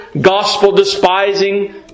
gospel-despising